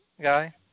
guy